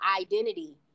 identity